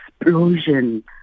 explosion